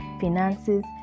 finances